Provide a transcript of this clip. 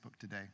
today